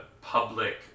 public